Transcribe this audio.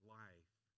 life